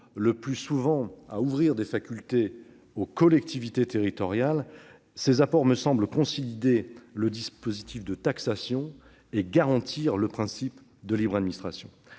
le plus souvent à ouvrir des facultés aux collectivités territoriales. Ces apports me semblent consolider le dispositif de taxation et garantir le principe de la libre administration.